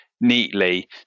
neatly